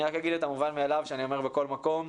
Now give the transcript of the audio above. אני רק אגיד את המובן מאליו שאני אומר בכל מקום: